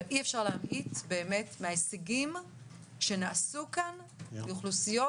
אבל אי אפשר להמעיט מההישגים שנעשו כאן לאוכלוסיות